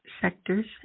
sectors